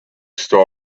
star